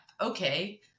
Okay